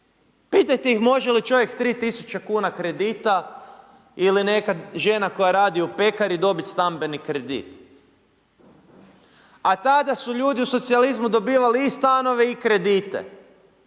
Pitajte ih može li čovjek sa 3000 kredita ili neka žena koja radi u pekari dobiti stambeni kredit. A tada su ljudi u socijalizmu dobivali i stanove i kredite.